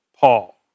Paul